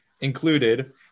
included